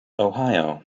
ohio